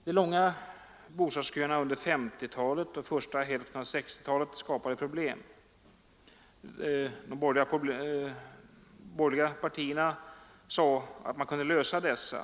De långa bostadsköerna under 1950-talet och första hälften av 1960-talet skapade problem. De borgerliga partierna sade sig kunna lösa dessa.